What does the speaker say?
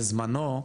בזמנו,